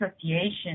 Association